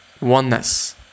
Oneness